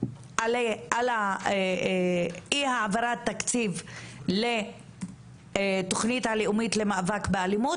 על אי העברת תקציב לתכנית הלאומית למאבק באלימות,